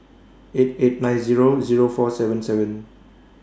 eight eight nine Zero Zero four seven seven